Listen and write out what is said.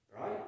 Right